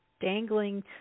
dangling